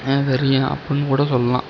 வெறியன் அப்டின்னு கூட சொல்லலாம்